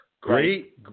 Great